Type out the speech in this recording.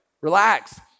relax